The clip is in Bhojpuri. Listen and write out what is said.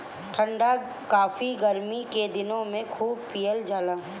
ठंडा काफी गरमी के दिन में खूब पियल जाला